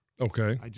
Okay